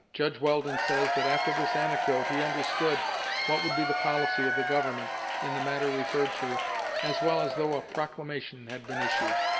judge weldon says that after this anecdote he understood what would be the policy of the government in the matter referred to as well as though a proclamation had been issued.